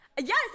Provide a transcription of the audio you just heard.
Yes